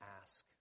ask